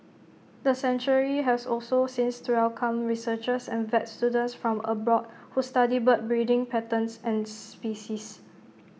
the sanctuary has also since to welcomed researchers and vet students from abroad who study bird breeding patterns and species